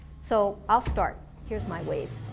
so i'll start, here's my wave